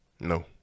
No